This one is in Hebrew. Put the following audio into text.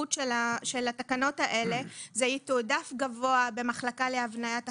התקנות האלה יתועדפו גבוה במחלקה להבניית החקיקה,